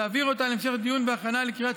ותעביר אותה להמשך דיון והכנה לקריאות